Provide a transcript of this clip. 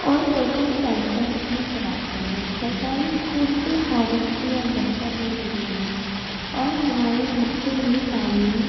اور coaching centre بھی چلاتے ہیں سرکاری اسکول کی حالت بھی اب بہتر ہو رہی ہے اور ہمارے بچے بھی تعلیم